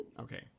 Okay